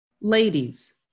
Ladies